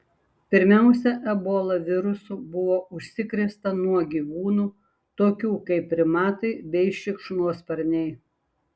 pirmiausia ebola virusu buvo užsikrėsta nuo gyvūnų tokių kaip primatai bei šikšnosparniai